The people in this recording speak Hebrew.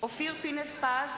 אופיר פינס-פז,